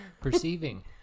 Perceiving